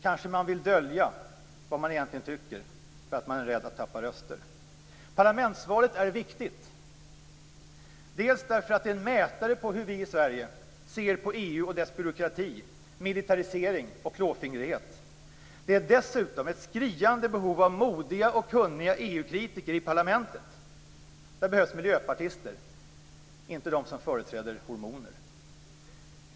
Kanske man vill dölja vad man egentligen tycker därför att man är rädd att tappa röster. Parlamentsvalet är viktigt därför att det är en mätare på hur vi i Sverige ser på EU och dess byråkrati, militarisering och klåfingrighet. Det är dessutom ett skriande behov av modiga och kunniga EU-kritiker i EU-parlamentet. Där behövs miljöpartister, inte de som företräder hormoner.